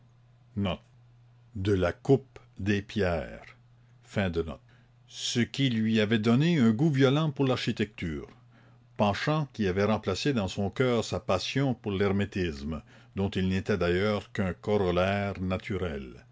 petrarum ce qui lui avait donné un goût violent pour l'architecture penchant qui avait remplacé dans son coeur sa passion pour l'hermétisme dont il n'était d'ailleurs qu'un corollaire naturel